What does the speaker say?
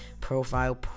profile